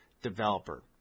developer